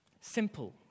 simple